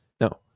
No